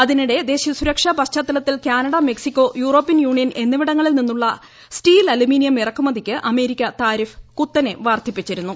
അതിനിടെ ദേശീയ സുരക്ഷാ പശ്ചാത്തലത്തിൽ കാനഡ മെക്സിക്കോ യൂറോപ്യൻ യൂണിയൻ എന്നിവിടങ്ങളിൽ നിന്നുള്ള സ്റ്റീൽ അലുമിനിയം ഇറക്കുമതിക്ക് അമേരിക്ക താരിഫ് കുത്തനെ വർധിപ്പിച്ചിരുന്നു